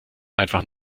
einfach